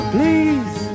Please